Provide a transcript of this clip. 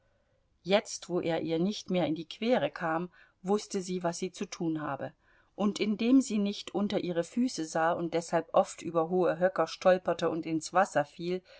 jetzt wo er ihr nicht mehr in die quere kam wußte sie was sie zu tun habe und indem sie nicht unter ihre füße sah und deshalb oft über hohe höcker stolperte und ins wasser fiel